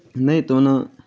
नहि तऽ ओना